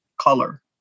color